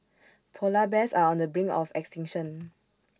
Polar Bears are on the brink of extinction